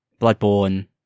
Bloodborne